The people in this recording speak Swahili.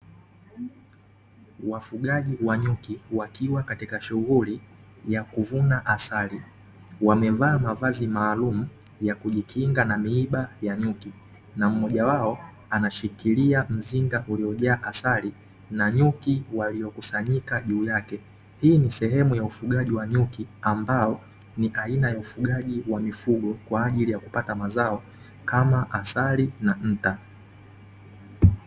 Wafugaji wa nyuki wakiwa katika shughuli ya kuvuna asali, wamevaa mavazi maalumu ya kujikinga na miiba ya nyuki, na mmoja wao anashikilia mzinga uliojaa asali na nyuki waliokusanyika juu yake. Hii ni sehemu ya ufugaji wa nyuki, ambao ni aina ya ufugaji wa mifugo, kwa ajili ya kupata mazao kama asali na nta.